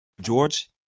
George